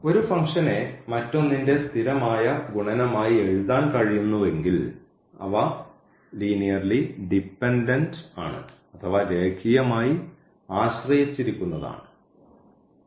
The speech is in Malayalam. ഒരു ഫംഗ്ഷനെ മറ്റൊന്നിന്റെ സ്ഥിരമായ ഗുണനമായി എഴുതാൻ കഴിയുന്നുവെങ്കിൽ അവ ലീനിയർലി ഡിപെൻഡൻറ് ആണ് അഥവാ രേഖീയമായി ആശ്രയിച്ചിരിക്കുന്നത് ആണ്